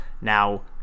now